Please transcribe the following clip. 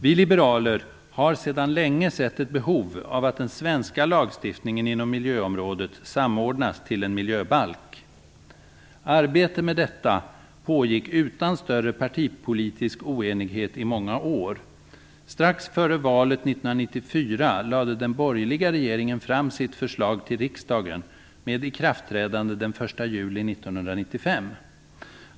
Vi liberaler har sedan länge sett ett behov av att den svenska lagstiftningen inom miljöområdet samordnas till en miljöbalk. Arbete med detta pågick utan större partipolitisk oenighet i många år. Strax före valet 1994 lade den borgerliga regeringen fram sitt förslag till riksdagen med ikraftträdande den 1 juli 1995.